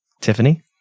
tiffany